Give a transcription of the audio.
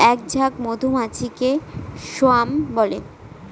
এক ঝাঁক মধুমাছিকে স্বোয়াম বলে